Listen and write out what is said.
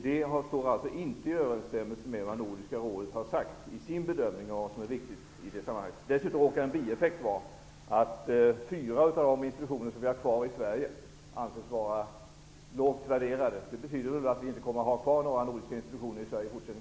Det står inte i överrensstämmelse med vad Nordiska rådet har sagt i sin bedömning av vad som är viktigt i det sammanhanget. Dessutom råkar en bieffekt vara att fyra av de institutioner som vi har kvar i Sverige anses vara lågt värderade. Det betyder väl att vi i fortsättningen inte kommer att ha kvar några nordiska institutioner i